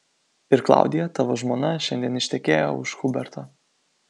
ir klaudija tavo žmona šiandien ištekėjo už huberto